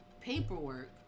paperwork